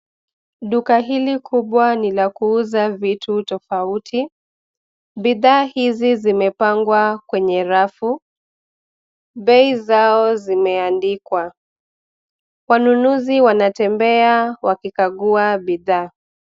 Duka hili kubwa ni la kuuza vitu tofauti. Bidhaa hizi zimepangwa kwenye rafu, bei zao zimeandikwa. Wanunuzi wanatembea wakikagua bidhaa.